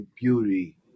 beauty